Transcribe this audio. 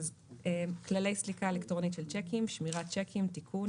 כללי סליקה אלקטרונית של שיקים (שמירת שיקים) (תיקון),